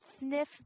Sniff